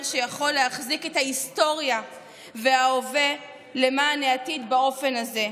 שיכול להחזיק את ההיסטוריה וההווה למען העתיד באופן הזה.